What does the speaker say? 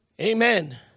Amen